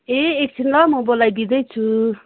ए एकछिन ल म बोलाइदिँदैछु